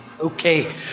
okay